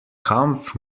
kampf